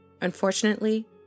Unfortunately